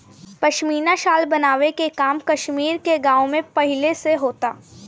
पश्मीना शाल बनावे के काम कश्मीर के गाँव में पहिले से होता